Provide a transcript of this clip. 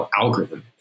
algorithm